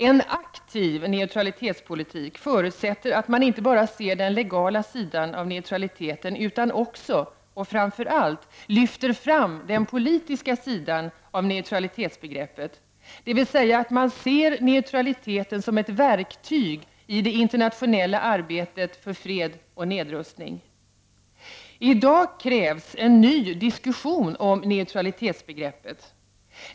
En aktiv neutralitetspolitik förutsätter att man inte bara ser den legala sidan av neutraliteten, utan också, och framför allt, att man lyfter fram den politiska sidan av neutralitetsbegreppet, dvs. att man ser neutralitet som ett verktyg i det internationella arbetet för fred och nedrustning. I dag krävs en ny diskussion av neutralitetsbegreppet.